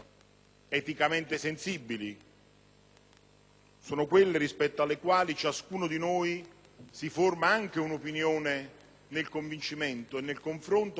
quelle rispetto alle quali ciascuno di noi si forma un'opinione nel convincimento e nel confronto tra laici credenti e non credenti,